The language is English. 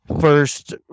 first